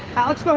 alex, go